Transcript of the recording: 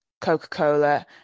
Coca-Cola